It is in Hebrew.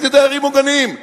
איזה דיירים מוגנים?